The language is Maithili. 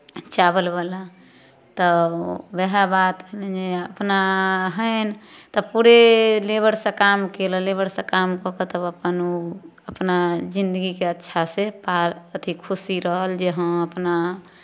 चावलवला तऽ उएह बात जे अपना हेन तऽ पूरे लेबरसँ काम कयलनि लेबरसँ काम कऽ कऽ तब अपन ओ अपना जिन्दगीकेँ अच्छासँ पा अथि खुशी रहल जे हँ अपना